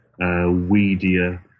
weedier